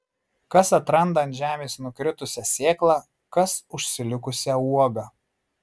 kas atranda ant žemės nukritusią sėklą kas užsilikusią uogą